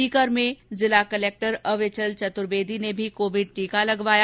सीकर में जिला कलेक्टर अविचल चतुर्वेदी ने भी कोविड टीका लगवाया